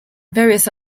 various